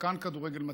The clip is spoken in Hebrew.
שחקן כדורגל מצליח,